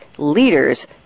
Leaders